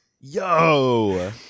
Yo